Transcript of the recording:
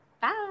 bye